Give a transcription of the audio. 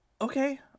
okay